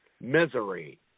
misery